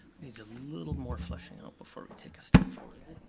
a little more fleshing out before we take a step forward.